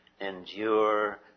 endure